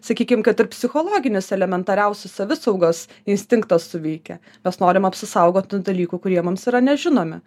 sakykim kad ir psichologinis elementariausių savisaugos instinktas suveikė mes norim apsisaugot tų dalykų kurie mums yra nežinomi